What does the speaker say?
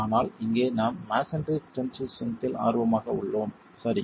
ஆனால் இங்கே நாம் மஸோன்றி டென்சில் ஸ்ட்ரென்த் இல் ஆர்வமாக உள்ளோம் சரி